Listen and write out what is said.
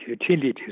utilities